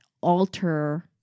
alter